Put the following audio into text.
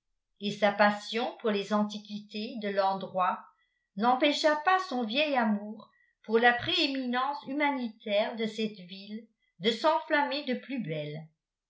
et sa passion pour les antiquités de l'endroit n'empêcha pas son vieil amour pour la prééminence humanitaire de cette ville de s'enflammer de plus belle